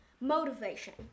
motivation